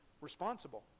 responsible